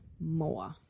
more